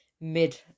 mid